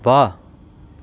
ਵਾਹ